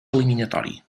eliminatori